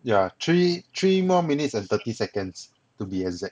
yeah three three more minutes and thirty seconds to be exact